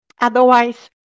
otherwise